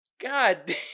God